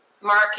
Mark